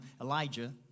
Elijah